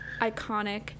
iconic